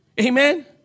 Amen